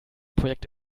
projekt